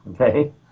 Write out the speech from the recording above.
Okay